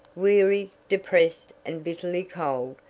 weary, depressed and bitterly cold,